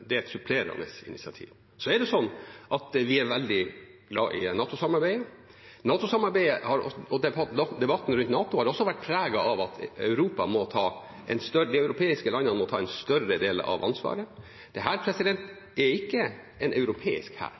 Det er et supplerende initiativ. Vi er veldig glad i NATO-samarbeidet, og debatten rundt NATO har også vært preget av at de europeiske landene må ta en større del av ansvaret. Dette er ikke en europeisk hær.